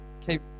keep